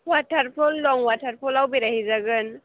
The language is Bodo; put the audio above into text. वाटारफल दं वाटारफलाव बेराय हैजागोन